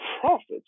profits